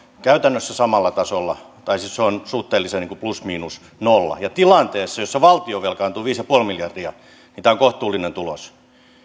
käytännössä samalla tasolla tai siis se on suhteellisen plus miinus nolla ja tilanteessa jossa valtio velkaantuu viisi pilkku viisi miljardia tämä on kohtuullinen tulos